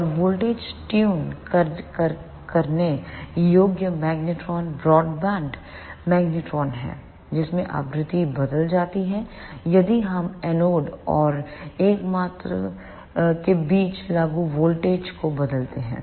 और voltage tune करने योग्य मैग्नेट्रोन ब्रॉडबैंड मैग्नेट्रोन हैं जिसमें आवृत्ति बदल जाती है यदि हम एनोड और एकमात्र के बीच लागू वोल्टेज को बदलते हैं